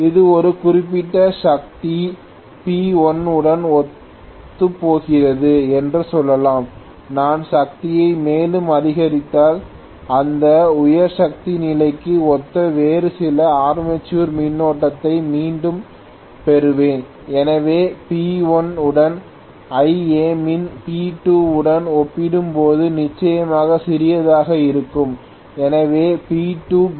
இது ஒரு குறிப்பிட்ட சக்தி P1 உடன் ஒத்துப்போகிறது என்று சொல்லலாம் நான் சக்தியை மேலும் அதிகரித்தால் அந்த உயர் சக்தி நிலைக்கு ஒத்த வேறு சில ஆர்மேச்சர் மின்னோட்டத்தை மீண்டும் பெறுவேன் எனவே P1 உடன் Iamin P2 உடன் ஒப்பிடும்போது நிச்சயமாக சிறியதாக இருக்கும் எனவே P2 P1